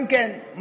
אם כן,